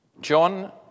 John